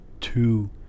two